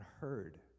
heard